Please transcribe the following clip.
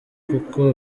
kuko